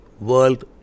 world